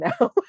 now